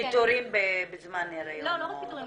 פיטורים בזמן הריון --- לא רק פיטורים.